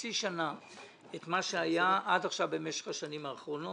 חצי שנה את מה שהיה עד עכשיו במשך השנים האחרונות,